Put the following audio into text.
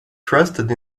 trusted